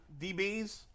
DBs